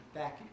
back